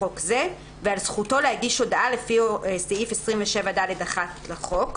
חוק זה ועל זכותו להגיש הודעה לפי סעיף 27(ד)(1) לחוק.".